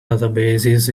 databases